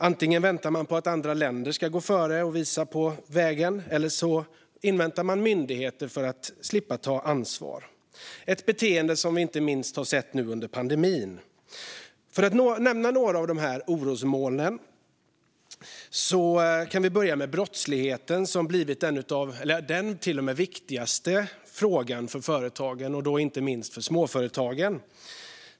Antingen väntar man på att andra länder ska gå före och visa vägen, eller så inväntar man myndigheter för att slippa ta ansvar - ett beteende som vi sett inte minst nu under pandemin. För att nämna några av de här orosmolnen kan jag börja med brottsligheten, som blivit den viktigaste frågan för företagen och då inte minst småföretagen.